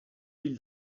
fill